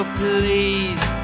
please